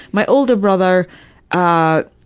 my older brother ah